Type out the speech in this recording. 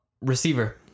receiver